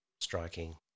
striking